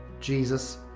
Jesus